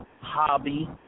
Hobby